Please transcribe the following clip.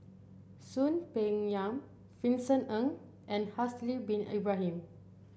Soon Peng Yam Vincent Ng and Haslir Bin Ibrahim